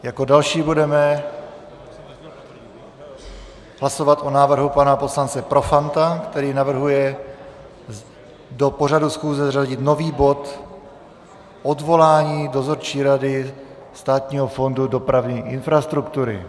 Jako další budeme hlasovat o návrhu pana poslance Profanta, který navrhuje do pořadu schůze zařadit nový bod Odvolání Dozorčí rady Státního fondu dopravní infrastruktury.